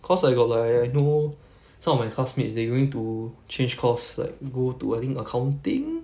cause I got like I know some of my classmates they going to change course like go to I think accounting